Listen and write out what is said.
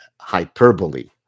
hyperbole